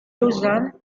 lausanne